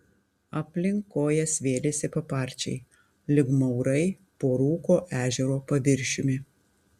aplink kojas vėlėsi paparčiai lyg maurai po rūko ežero paviršiumi